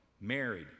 Married